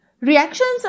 Reactions